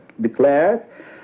declared